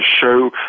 show